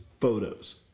photos